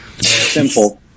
Simple